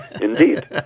Indeed